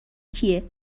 کیه